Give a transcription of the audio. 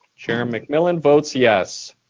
chair mcmillan votes yes.